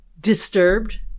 disturbed